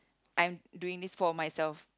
I'm doing this for myself